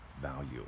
value